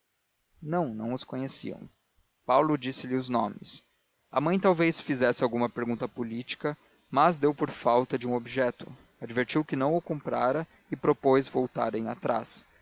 não não os conheciam paulo disse-lhes os nomes a mãe talvez fizesse alguma pergunta política mas deu por falta de um objeto advertiu que o não comprara e propôs voltarem atrás